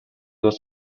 was